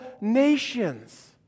nations